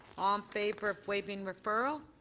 um favor of waiving referral.